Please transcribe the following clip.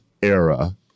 era